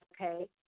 Okay